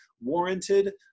warranted